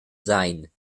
sein